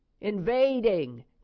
invading